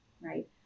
right